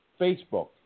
Facebook